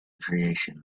creation